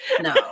no